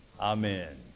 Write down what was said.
Amen